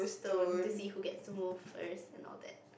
stone to see who gets to move first and all that